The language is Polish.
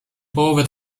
połowy